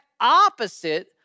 opposite